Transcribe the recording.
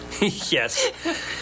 Yes